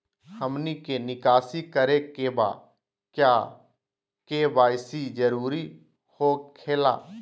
हमनी के निकासी करे के बा क्या के.वाई.सी जरूरी हो खेला?